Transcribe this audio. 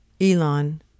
Elon